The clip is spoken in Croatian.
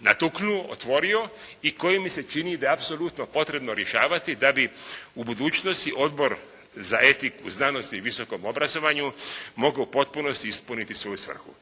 natuknuo i otvorio i koje mi se čini da je apsolutno potrebno rješavati da bi u budućnosti Odbor za etiku u znanosti i visokom obrazovanju mogao u potpunosti ispuniti svoju svrhu.